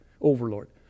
overlord